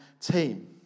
team